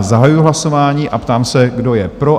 Zahajuji hlasování a ptám se, kdo je pro?